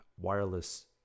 wireless